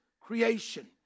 creation